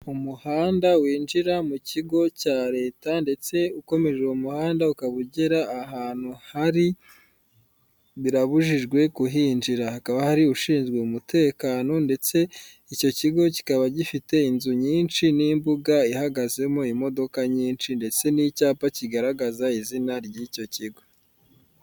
Umuhanda winjira mu kigo cya leta ndetse ukomeje uwo muhanda ukaba ugera ahantu hari birabujijwe kuhinjira, hakaba hari ushinzwe umutekeno ndetse icyo kigo kikaba gifite inzu nyinshi n'imbuga ihagazemo imodoka nyinshi, ndetse n'icyapa kigaragaraza izina ry'icyo kigo.